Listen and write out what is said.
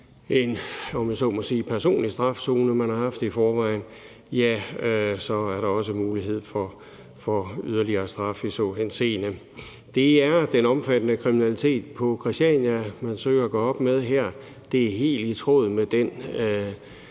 personlig strafzone, man har i forvejen, så er der også mulighed for yderligere straf i så henseende. Det er den omfattende kriminalitet på Christiania, man søger at gøre op med her. Det er helt i tråd med den